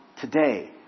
today